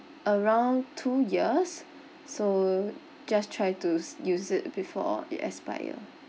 around two years so just try to use it before it expire